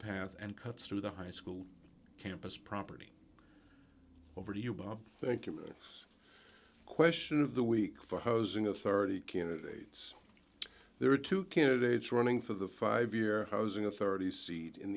path and cuts through the high school campus property over to you bob thank you for the question of the week for housing authority candidates there are two candidates running for the five year housing authority seat in